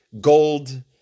gold